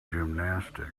gymnastics